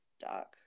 dark